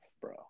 bro